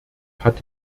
hat